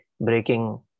breaking